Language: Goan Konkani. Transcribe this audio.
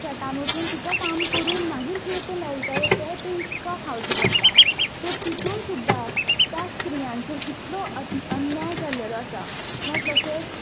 शेतान वचून तिका काम करून मागीर कितें तें मेयटलें तें तिका खावचें पडटा सो तितून सुद्दां त्या स्त्रियांचेर कितलो अन्य अन्याय जालेलो आसा मागीर तशेंच